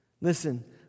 Listen